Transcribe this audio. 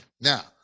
Now